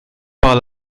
par